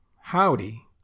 howdy